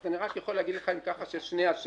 אז אני יכול להגיד לך, אם ככה, שיש שני אשמים: